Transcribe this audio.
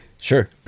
sure